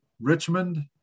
Richmond